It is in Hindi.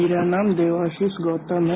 मेरा नाम देवाशीष गौतम है